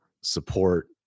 support